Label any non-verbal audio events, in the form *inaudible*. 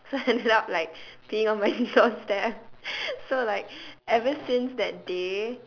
so I ended up *laughs* like peeing on my *laughs* doorstep so like ever since that day